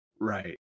Right